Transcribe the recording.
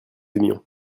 aimions